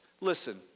Listen